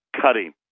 cutting